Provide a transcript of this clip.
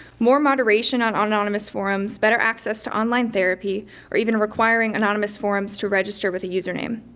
more moderation on anonymous forums, better access to online therapy or even requiring anonymous forums to register with a username.